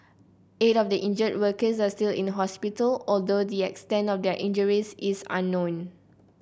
eight of the injured workers are still in hospital although the extent of their injuries is unknown